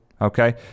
okay